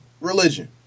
religion